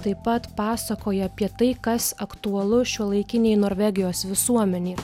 taip pat pasakoja apie tai kas aktualu šiuolaikinei norvegijos visuomenei